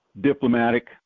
diplomatic